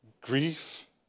grief